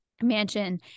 mansion